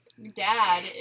Dad